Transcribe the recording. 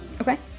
Okay